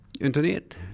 Internet